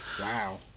Wow